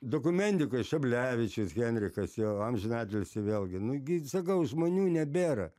dokumentikoj šablevičius henrikas jo amžinatilsį vėlgi nu gi sakau žmonių nebėra